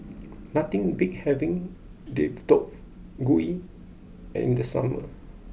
nothing beats having Deodeok Gui in the summer